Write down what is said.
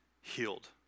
healed